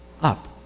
up